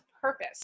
purpose